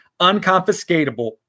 Unconfiscatable